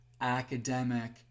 academic